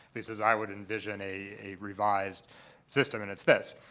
this is i would envision a a revised system and it's this.